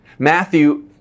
Matthew